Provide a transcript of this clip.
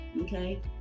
okay